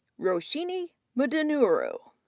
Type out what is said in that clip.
roshini mudunuru,